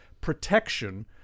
protection